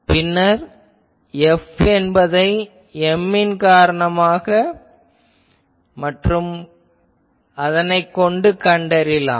பின்னர் F என்பதை M ன் காரணமாக மற்றும் கொண்டு கண்டறிவோம்